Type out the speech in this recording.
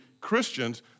Christians